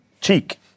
Cheek